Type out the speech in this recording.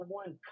one